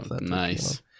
Nice